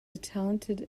talented